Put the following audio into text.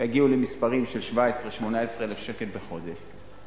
ויגיעו למספרים של 17,000 18,000 שקל בחודש.